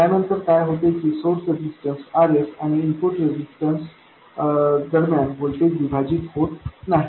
त्यानंतर काय होते की सोर्स रेजिस्टन्स Rs आणि इनपुट रेजिस्टन्स दरम्यान व्होल्टेज विभाजन होत नाही